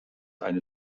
eine